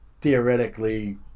theoretically